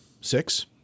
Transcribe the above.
six